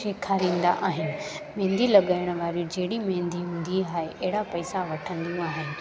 सेखारींदा आहिनि मेंदी लॻाइण वारी जहिड़ी मेंदी हूंदी आहे अहिड़ा पैसा वठंदियूं आहिनि